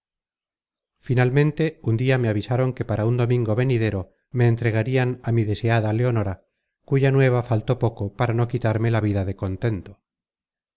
finalmente un dia me avisaron que para un domingo venidero me entregarian á mi deseada leonora cuya nueva faltó poco para no quitarme la vida de contento